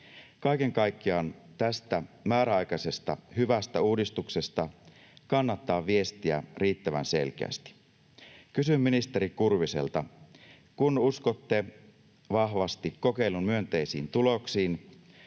Kaiken kaikkiaan tästä määräaikaisesta hyvästä uudistuksesta kannattaa viestiä riittävän selkeästi. Kysyn ministeri Kurviselta: kun uskotte vahvasti kokeilun myönteisiin tuloksiin,